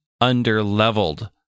under-leveled